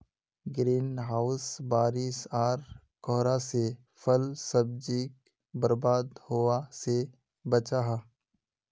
green house बारिश आर कोहरा से फल सब्जिक बर्बाद होवा से बचाहा